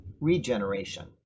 regeneration